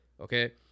Okay